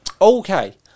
Okay